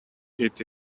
ate